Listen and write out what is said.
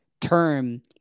term